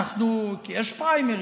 כי יש פריימריז,